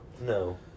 no